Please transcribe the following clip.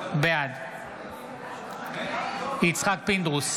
בעד יצחק פינדרוס,